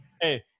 Hey